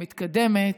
מתקדמת,